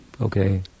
Okay